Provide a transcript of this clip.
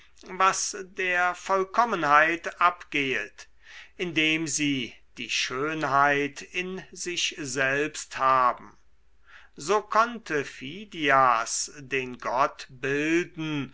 was der vollkommenheit abgehet indem sie die schönheit in sich selbst haben so konnte phidias den gott bilden